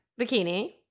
bikini